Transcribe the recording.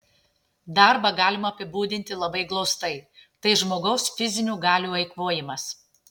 darbą galima apibūdinti labai glaustai tai žmogaus fizinių galių eikvojimas